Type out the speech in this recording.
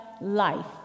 life